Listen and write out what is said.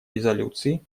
резолюции